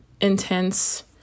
intense